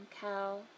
cow